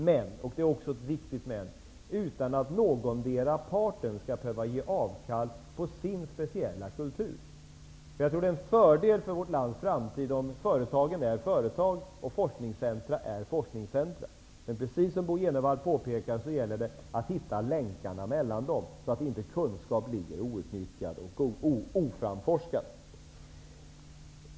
Men det skall ske -- och också detta är viktigt -- utan att någondera parten skall behöva ge avkall på sin speciella kultur. Det är en fördel för vårt lands framtid om företagen är företag och forskningscentrum är forskningscentrum. Men det gäller, precis som Bo G Jenevall påpekar, att hitta länkarna mellan dem så att inte kunskap blir outnyttjad och oframforskad.